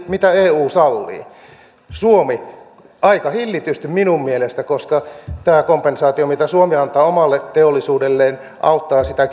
mitä eu sallii siis sata prosenttisesti suomi aika hillitysti minun mielestäni koska tämä kompensaatio mitä suomi antaa omalle teollisuudelleen ja auttaa sitä